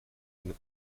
eine